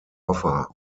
offer